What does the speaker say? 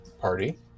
party